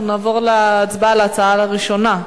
אנחנו נעבור להצבעה על ההצעה הראשונה,